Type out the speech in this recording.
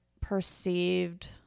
perceived